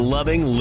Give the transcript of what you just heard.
Loving